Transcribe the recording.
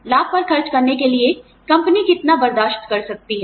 लाभ पर खर्च करने के लिए कंपनी कितना बर्दाश्त कर सकती है